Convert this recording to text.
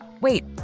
Wait